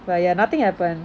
but ya nothing happen